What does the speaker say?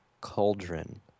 cauldron